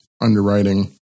underwriting